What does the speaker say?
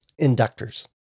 inductors